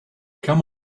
come